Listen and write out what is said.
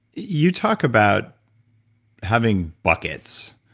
you talk about having buckets.